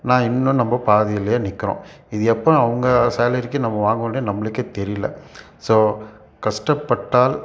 நான் இன்னும் நம்ம பாதியிலேயே நிற்கிறோம் இது எப்போ அவங்க சேலரிக்கு நம்ம வாங்குவோம்னு நம்மளுக்கே தெரியிலை ஸோ கஷ்டப்பட்டால்